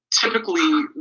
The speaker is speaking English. Typically